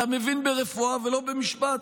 אתה מבין ברפואה ולא במשפט,